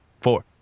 four